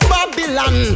Babylon